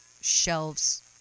shelves